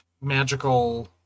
magical